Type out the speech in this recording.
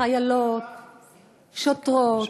חיילות, שוטרות,